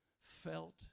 felt